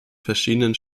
verschiedenen